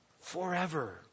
Forever